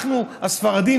אנחנו הספרדים,